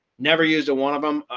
never used one of them.